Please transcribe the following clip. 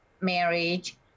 marriage